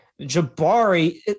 jabari